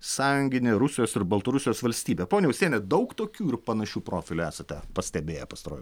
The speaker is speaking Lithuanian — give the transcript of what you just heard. sąjunginė rusijos ir baltarusijos valstybę ponia usiene daug tokių ir panašių profilių esate pastebėję pastaruoju